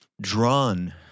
drawn